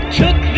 took